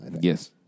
Yes